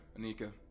Anika